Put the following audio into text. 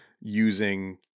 using